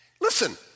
Listen